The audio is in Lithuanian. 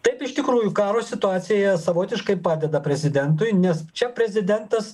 taip iš tikrųjų karo situacija savotiškai padeda prezidentui nes čia prezidentas